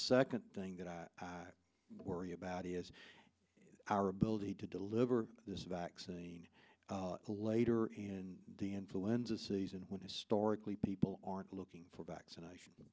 second thing that i worry about is our ability to deliver this vaccine later in the influenza season when historically people aren't looking for a vaccination